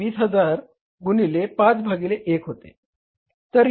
तर ते 20000 गुणिले 5 भागिले 1 होते